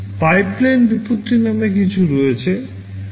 pipeline বিপত্তি নামে কিছু রয়েছে